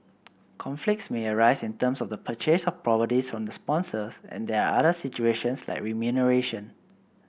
conflicts may arise in terms of the purchase of properties from the sponsors and there are other situations like remuneration